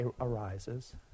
arises